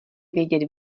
vědět